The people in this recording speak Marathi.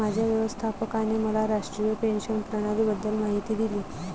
माझ्या व्यवस्थापकाने मला राष्ट्रीय पेन्शन प्रणालीबद्दल माहिती दिली